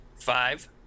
Five